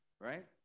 right